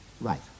right